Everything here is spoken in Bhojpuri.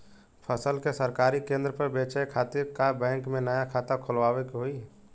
फसल के सरकारी केंद्र पर बेचय खातिर का बैंक में नया खाता खोलवावे के होई?